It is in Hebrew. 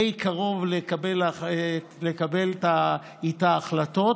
די קרוב לקבל איתה החלטות